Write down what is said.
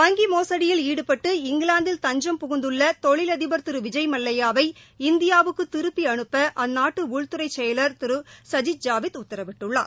வங்கி மோசுடியில் ஈடுபட்டு இங்கிலாந்தில் தஞ்சம் புகுந்துள்ள தொழிலதிபர் திரு விஜய் மல்லையாவை இந்தியாவுக்கு திருப்பி அனுப்ப அந்நாட்டு உள்துறை செயலர் திரு சஜித் ஜாவித்த உத்தரவிட்டுள்ளார்